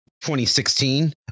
2016